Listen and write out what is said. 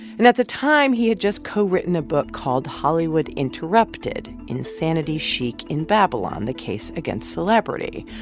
and at the time, he had just co-written a book called hollywood, interrupted insanity chic in babylon the case against celebrity,